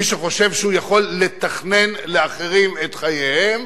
מי שחושב שהוא יכול לתכנן לאחרים את חייהם,